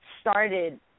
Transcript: started